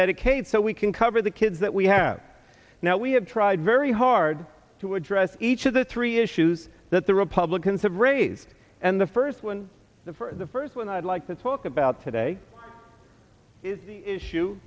medicaid so we can cover the kids that we have now we have tried very hard to address each of the three issues that the republicans have raised and the first one for the first one i'd like to talk about today is issue